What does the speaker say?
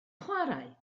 chwarae